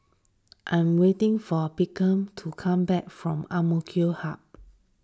I am waiting for Beckham to come back from Amk Hub